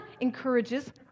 encourages